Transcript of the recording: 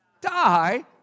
die